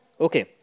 Okay